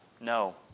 No